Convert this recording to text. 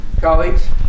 colleagues